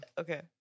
okay